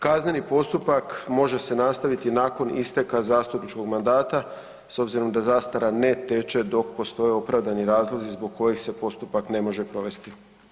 Kazneni postupak može se nastaviti nakon isteka zastupničkog mandata s obzirom da zastara ne teče dok postoje opravdani razlozi zbog kojeg se postupak ne može provesti.